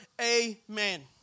Amen